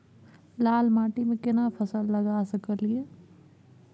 लाल माटी में केना फसल लगा सकलिए?